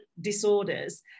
disorders